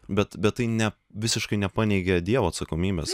bet bet tai ne visiškai nepaneigė dievo atsakomybės